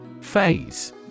Phase